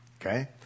okay